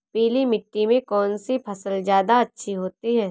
पीली मिट्टी में कौन सी फसल ज्यादा अच्छी होती है?